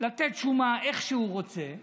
לתת שומה איך שהוא רוצה,